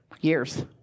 years